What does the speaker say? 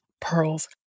pearls